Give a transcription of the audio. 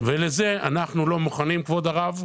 לזה אנחנו לא מוכנים, כבוד הרב.